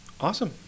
awesome